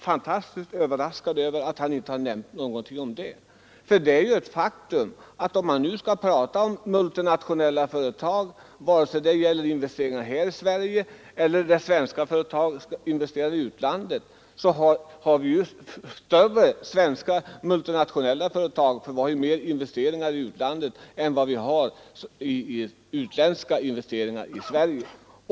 Om man nu skall tala om multinationella företag — vare sig det gäller utländska investeringar i Sverige eller svenska investeringar i utlandet — så är det ju ett faktum att svenska företag har gjort större investeringar i utlandet än utländska företag har gjort i Sverige.